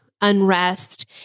unrest